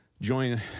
join